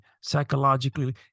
psychologically